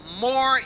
more